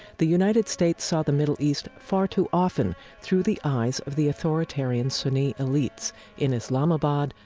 the united states saw the middle east far too often through the eyes of the authoritarian sunni elites in islamabad,